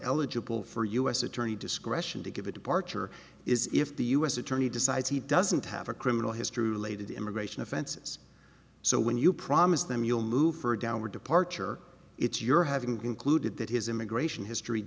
eligible for a u s attorney discretion to give a departure is if the u s attorney decides he doesn't have a criminal history related to immigration offenses so when you promise them you'll move for a downward departure it's your having concluded that his immigration history